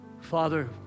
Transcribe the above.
Father